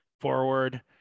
Forward